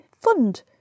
fund